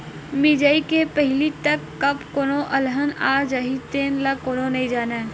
मिजई के पहिली तक कब कोनो अलहन आ जाही तेन ल कोनो नइ जानय